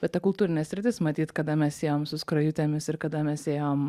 bet ta kultūrinė sritis matyt kada mes ėjom su skrajutėmis ir kada mes ėjom